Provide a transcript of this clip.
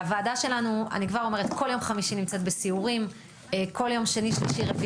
אני כבר אומרת: הוועדה שלנו נמצאת בכל יום חמישי בסיורים,